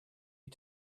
you